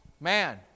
Man